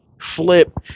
flip